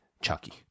Chucky